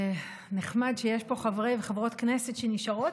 זה נחמד שיש פה חברות וחברי כנסת שנשארות